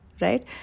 right